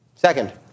Second